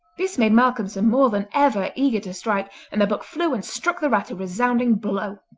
this made malcolmson more than ever eager to strike, and the book flew and struck the rat a resounding blow.